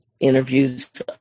interviews